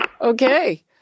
Okay